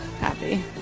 happy